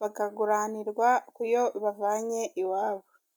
bakaguranirwa kuyo bavanye iwabo.